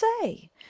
say